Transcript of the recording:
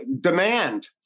demand